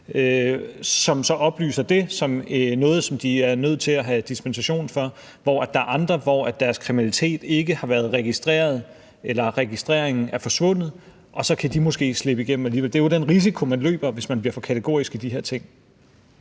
de så oplyser som noget, de er nødt til at have dispensation for. Og der er andre, hvor deres kriminalitet ikke har været registreret, eller hvor registreringen er forsvundet, og så kan de måske slippe igennem alligevel. Det er jo den risiko, man løber, hvis man bliver for kategorisk i forhold til